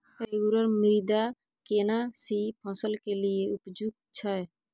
रेगुर मृदा केना सी फसल के लिये उपयुक्त छै?